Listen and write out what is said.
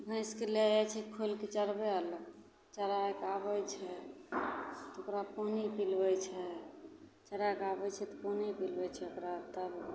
भैँसके लै जाइ छै खोलिके चरबै ले चरैके आबै छै तऽ ओकरा पानी पिलबै छै चरैके आबै छै तऽ पानी पिलबै छै ओकरा तब